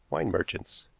wine merchants.